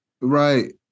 right